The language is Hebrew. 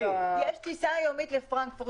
יש טיסה יומית לפרנקפורט.